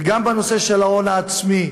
וגם בנושא של ההון העצמי,